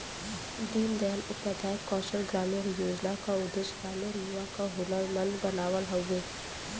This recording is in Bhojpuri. दीन दयाल उपाध्याय कौशल ग्रामीण योजना क उद्देश्य ग्रामीण युवा क हुनरमंद बनावल हउवे